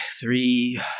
three